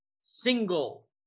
single